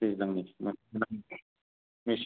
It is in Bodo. दैज्लांनिसोमोन मेसें